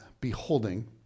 Beholding